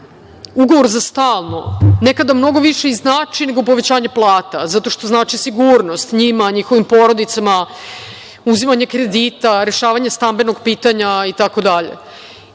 ugovor za stalno, nekada mnogo više znači, nego povećanje plata, zato što znači sigurnost njima, njihovim porodicama, uzimanje kredita, rešavanje stambenog pitanja itd.